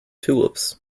tulips